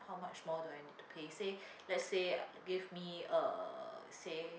how much more do I need to pay say let's say give me uh say